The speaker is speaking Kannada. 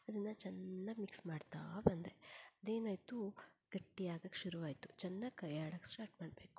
ಅದನ್ನು ಚೆನ್ನಾಗಿ ಮಿಕ್ಸ್ ಮಾಡ್ತಾ ಬಂದೆ ಅದೇನಾಯಿತು ಗಟ್ಟಿಯಾಗೋಕೆ ಶುರುವಾಯಿತು ಚೆನ್ನಾಗಿ ಕೈಯ್ಯಾಡೋಕೆ ಸ್ಟಾರ್ಟ್ ಮಾಡಬೇಕು